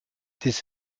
des